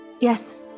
Yes